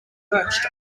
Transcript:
perched